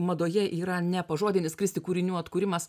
madoje yra ne pažodinis kristi kūrinių atkūrimas